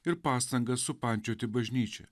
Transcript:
ir pastangas supančioti bažnyčią